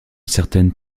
certaines